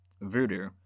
Voodoo